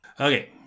Okay